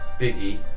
Biggie